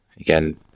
again